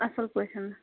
اَصٕل پٲٹھۍ